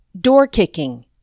door-kicking